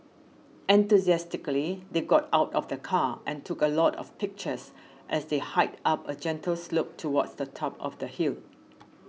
enthusiastically they got out of the car and took a lot of pictures as they hiked up a gentle slope towards the top of the hill